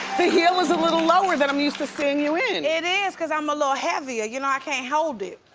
the heel is a little lower than i'm used to seeing you in! it is cause i'm a little heavier, you know i can't hold it.